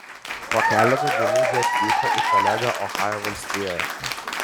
po keleto dienų jie atvyko į toledą ohajo valstijoje